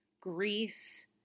Greece